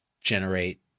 generate